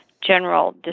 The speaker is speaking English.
general